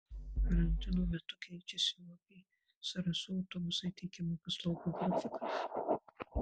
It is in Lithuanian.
karantino metu keičiasi uab zarasų autobusai teikiamų paslaugų grafikai